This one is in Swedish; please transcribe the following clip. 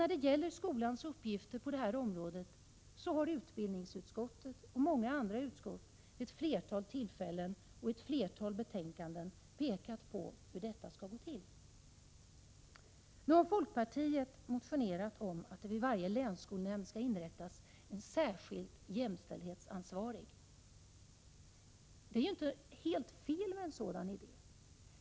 När det gäller skolans uppgifter på detta område har utbildningsutskottet och många andra utskott vid ett flertal tillfällen och i ett flertal betänkanden pekat på hur detta skall gå till. Nu har folkpartiet motionerat om att det vid varje länsskolnämnd skall inrättas en särskild jämställdhetsansvarig. Det är inte helt fel att föra fram en sådan idé.